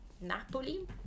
Napoli